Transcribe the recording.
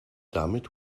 damit